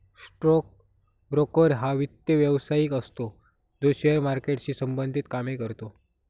stock broker हा वित्त व्यवसायिक असतो जो शेअर मार्केटशी संबंधित कामे करतो